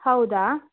ಹೌದಾ